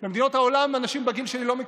במדינות העולם אנשים בגיל שלי לא מתחסנים.